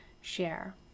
share